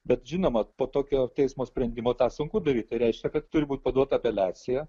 bet žinoma po tokio teismo sprendimo tą sunku daryt tai reiškia kad turi būti paduota apeliacija